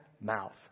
mouth